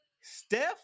Steph